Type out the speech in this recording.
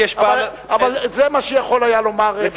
אבל זה מה שיכול היה לומר בג"ץ,